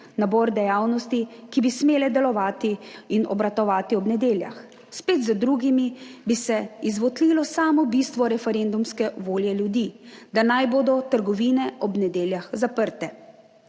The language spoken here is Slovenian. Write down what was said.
nabor dejavnosti, ki bi smele delovati in obratovati ob nedeljah, spet z drugimi bi se izvotlilo samo bistvo referendumske volje ljudi, da naj bodo trgovine ob nedeljah zaprte.